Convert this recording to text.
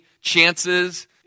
chances